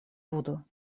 буду